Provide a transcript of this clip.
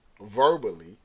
verbally